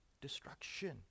destruction